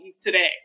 today